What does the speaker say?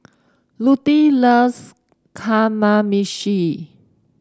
Lutie loves Kamameshi